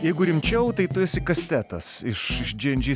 jeigu rimčiau tai tu esi kastetas iš iš džy en džy